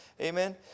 amen